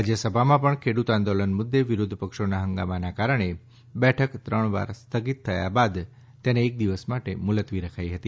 રાજ્યસભામાં પણ ખેડૂત આંદોલન મુદ્દે વિરોધ પક્ષોના હંગામાના કારણે બેઠક ત્રણ વાર સ્થગિત થયા બાદ તેને એક દિવસ માટે મુલતવી રખાઈ હતી